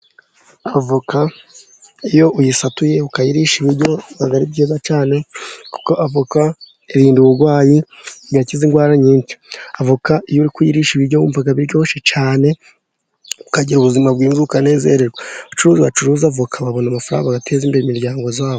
Avoka iyo uyisatuye ukayirisha ibiryo biba ari byiza cyane, kuko avoka irinda uburwayi. Igakiza indwara nyinshi. Avoka iyo uri kuyirisha ibiryo wumva biryoshye cyane, ukagira ubuzima bwiza ukanezerwa. Abacuruzi bacuruza avoka babona amafaranga, bagateza imbere imiryango yabo.